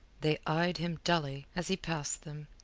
they eyed him dully, as he passed them.